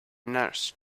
nurse